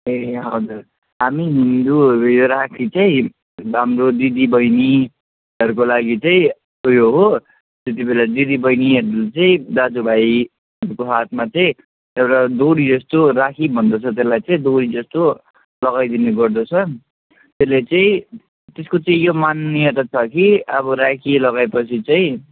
ए हजुर हामी हिन्दूहरू यो राखी चाहिँ हाम्रो दिदीबहिनीहरूको लागि चाहिँ ऊ यो हो त्यतिबेला दिदीबहिनीहरूले चाहिँ दाजुभाइहरूको हातमा चाहिँ एउटा डोरीजस्तो राखी भन्दछ त्यसलाई चाहिँ डोरीजस्तो लगाइदिने गर्दछन् त्यसले चाहिँ त्यसको चाहिँ यो मान्यता छ कि अब राखी लगाएपछि चाहिँ